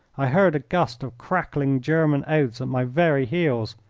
i heard a gust of crackling german oaths at my very heels.